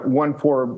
one-four